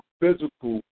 physical